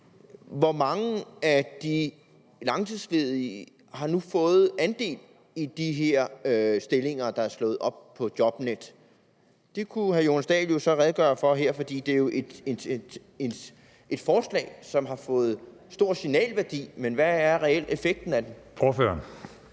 Hvor mange af de langtidsledige har nu fået del i de stillinger, der er slået op på Jobnet? Det kunne hr. Jonas Dahl så redegøre for her, for det er jo et forslag, som har fået stor signalværdi, men hvad er den reelle effekt af det?